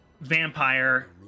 vampire